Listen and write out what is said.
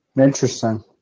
Interesting